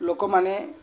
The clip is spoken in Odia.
ଲୋକମାନେ